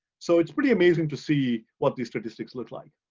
so it's pretty amazing to see what the statistics look like.